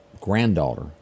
granddaughter